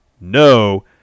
no